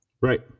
Right